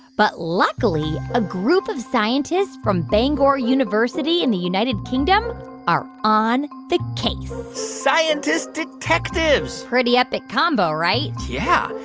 but luckily, a group of scientists from bangor university in the united kingdom are on the case scientist detectives pretty epic combo, right? yeah.